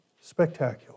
spectacular